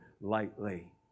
lightly